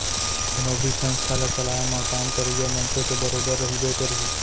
कोनो भी संस्था ल चलाए म काम करइया मनसे तो बरोबर रहिबे करही